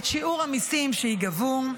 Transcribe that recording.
את שיעור המיסים שייגבו,